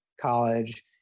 college